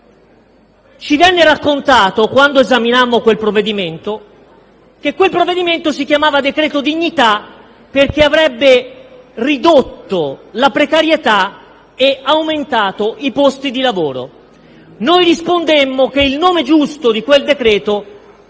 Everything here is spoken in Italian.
decreto dignità. Quando esaminammo quel provvedimento ci venne raccontato che si chiamava decreto dignità perché avrebbe ridotto la precarietà e aumentato i posti di lavoro. Noi rispondemmo che il nome giusto di quel decreto